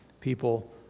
people